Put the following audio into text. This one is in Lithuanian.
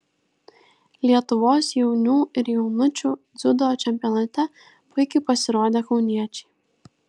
lietuvos jaunių ir jaunučių dziudo čempionate puikiai pasirodė kauniečiai